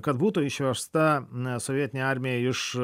kad būtų išversta e sovietinė armija iš